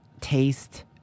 taste